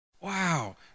Wow